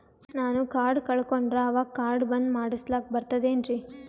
ನಾನು ಕಾರ್ಡ್ ಕಳಕೊಂಡರ ಅವಾಗ ಕಾರ್ಡ್ ಬಂದ್ ಮಾಡಸ್ಲಾಕ ಬರ್ತದೇನ್ರಿ?